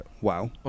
Wow